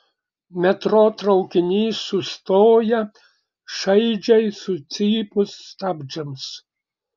metro traukinys sustoja šaižiai sucypus stabdžiams